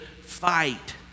fight